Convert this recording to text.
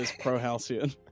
pro-halcyon